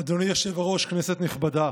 אדוני היושב-ראש, כנסת נכבדה,